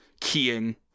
keying